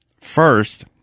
first